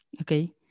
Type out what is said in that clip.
Okay